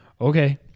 Okay